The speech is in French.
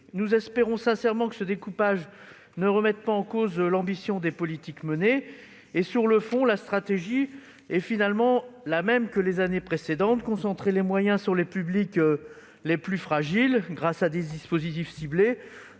Nous espérons sincèrement que ce découpage ne remettra pas en cause l'ambition des politiques menées. Sur le fond, la stratégie est finalement la même que les années précédentes, les objectifs étant de concentrer les moyens sur les publics les plus fragiles grâce à des dispositifs ciblés